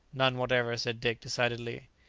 none whatever, said dick decidedly.